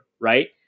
right